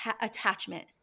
attachment